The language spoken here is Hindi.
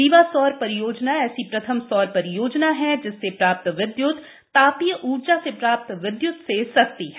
रीवा सौर परियोजना ऐसी प्रथम सौर परियोजना है जिससे प्राप्त विद्यूत तापीय ऊर्जा से प्राप्त विद्यूत से सस्ती है